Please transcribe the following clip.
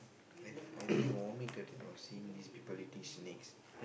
I've I've already vomit already you know seeing this people eating snakes